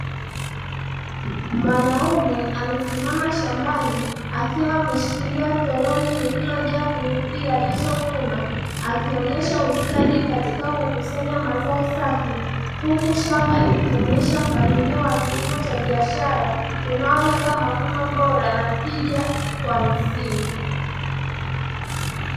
Mwanaume amesimama shambani akiwa ameshikilia toroli lililojaa pilipili alizovuna, akionyesha ustadi katika kukusanya mazao safi; huku shamba likionyesha mpangilio wa kibiashara unaolenga mavuno bora na tija kwa msimu.